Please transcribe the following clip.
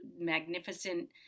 magnificent